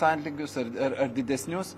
atlygius ar ar ar didesnius